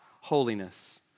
holiness